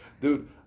dude